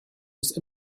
des